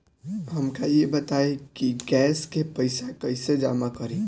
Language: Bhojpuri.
हमका ई बताई कि गैस के पइसा कईसे जमा करी?